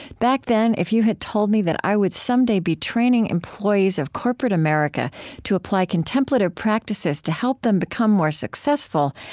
back then, if you had told me that i would someday be training employees of corporate america to apply contemplative practices to help them become more successful,